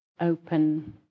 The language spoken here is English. open